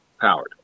powered